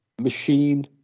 machine